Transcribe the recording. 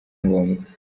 ngombwa